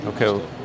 okay